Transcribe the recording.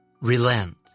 relent